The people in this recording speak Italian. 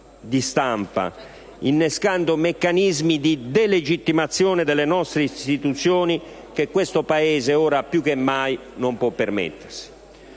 di stampa - di delegittimazione delle nostre istituzioni che questo Paese, ora più che mai, non può permettersi.